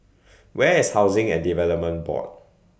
Where IS Housing and Development Board